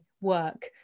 work